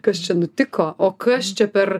kas čia nutiko o kas čia per